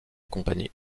compagnie